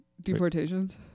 Deportations